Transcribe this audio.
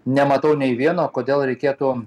nematau nei vieno kodėl reikėtų